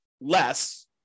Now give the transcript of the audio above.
less